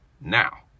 now